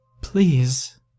Please